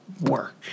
work